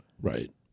Right